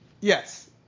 Yes